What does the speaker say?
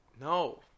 No